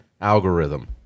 algorithm